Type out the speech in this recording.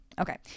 Okay